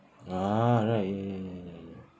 ah right ya ya ya ya ya